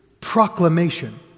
proclamation